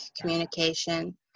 communication